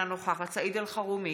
אינה נוכחת סעיד אלחרומי,